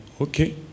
okay